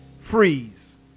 Freeze